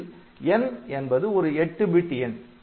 இதில் n என்பது ஒரு 8 பிட் எண்